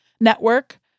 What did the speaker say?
network